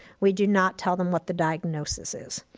we do not tell them what the diagnosis is.